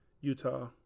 Utah